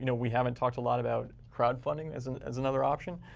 you know we haven't talked a lot about crowdfunding as and as another option.